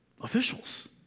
officials